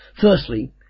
Firstly